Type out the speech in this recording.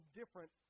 different